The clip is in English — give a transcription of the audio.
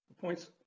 points